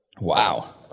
Wow